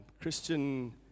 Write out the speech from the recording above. Christian